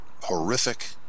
horrific